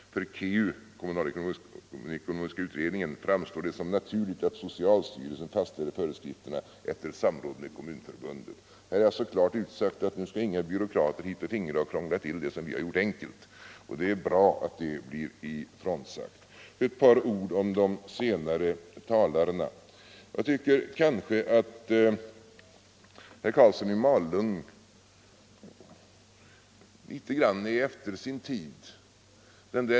För KEU framstår det som naturligt att socialstyrelsen fastställer föreskrifterna efter samråd med kommunförbunden.” Här är det alltså klart utsagt att nu skall inga byråkrater hit och fingra och krångla till det som vi har gjort enkelt, och det är bra att det blir sagt. Ett par ord om de senare talarna. Jag tycker nog att herr Karlsson i Malung litet grand är efter sin tid.